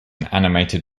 animated